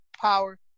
power